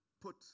put